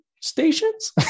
stations